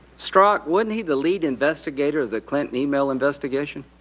strzok, wasn't he the lead investigator of the clinton email investigation?